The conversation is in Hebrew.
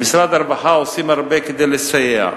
במשרד הרווחה עושים הרבה כדי לסייע,